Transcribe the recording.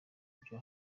byo